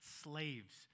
slaves